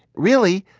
really?